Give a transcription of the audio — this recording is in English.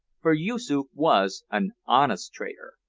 for yoosoof was an honest trader,